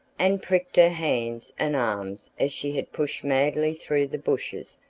and pricked her hands and arms as she had pushed madly through the bushes,